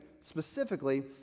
specifically